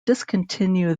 discontinue